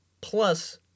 plus